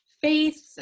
faith